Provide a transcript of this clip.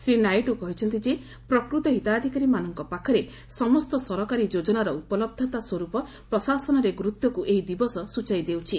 ଶ୍ରୀ ନାଇଡୁ କହିଛନ୍ତି ଯେ ପ୍ରକୃତ ହିତାଧିକାରୀମାନଙ୍କ ପାଖରେ ସମସ୍ତ ସରକାରୀ ଯୋଚ୍ଚନାର ଉପଲହ୍ଧତା ସ୍ୱରୂପ ପ୍ରଶାସନରେ ଗୁରୁତ୍ୱକୁ ଏହି ଦିବସ ସୂଚାଇ ଦେଉଛି